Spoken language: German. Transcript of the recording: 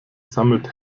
sammelt